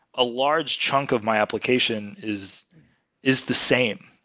a large chunk of my application is is the same,